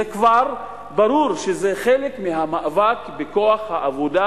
כבר ברור שזה חלק מהמאבק בכוח העבודה,